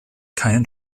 keinen